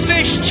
Fish